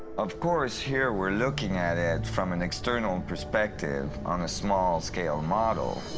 of course here we are looking at it from an external and perspective, on a small scale model.